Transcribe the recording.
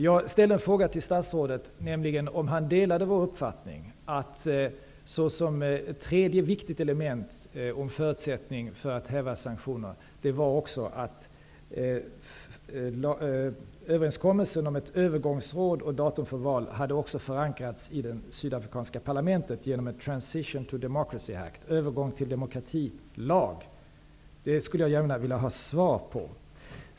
Jag ställde frågan till statsrådet om han delar Socialdemokraternas uppfattning att en tredje viktig förutsättning för att häva sanktionerna är att överenskommelsen om ett övergångsråd och ett faställande av datum för val förankras i det sydafrikanska parlamentet genom ''Transition to democracy act'' dvs. en övergång till lagen om demokrati. Det vill jag gärna ha svar på.